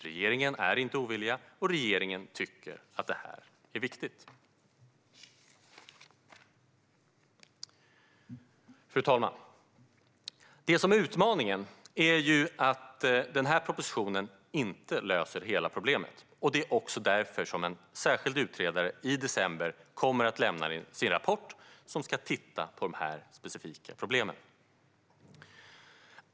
Regeringen är inte ovillig, och regeringen tycker att det är viktigt. Fru talman! Det som är utmaningen är att propositionen inte löser hela problemet. Det är också därför som en särskild utredare i december kommer att lämna sin rapport efter att ha tittat på dessa specifika problem.